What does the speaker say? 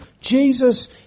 Jesus